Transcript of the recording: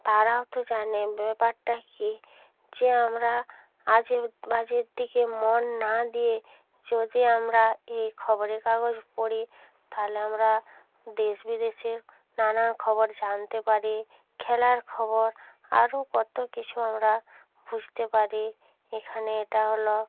তারাও তো জানে ব্যাপারটা কী যে আমরা আজেবাজের দিকে মন না দিয়ে যদি আমরা এই খবরের কাগজ পড়ি তালে আমরা দেশ বিদেশের নানান খবর জানতে পারি খেলার খবর আরও কতো কিছু আমরা বুঝতে পারি এখানে এটা হলো